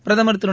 பிரதமர் திரு